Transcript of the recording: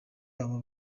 nabo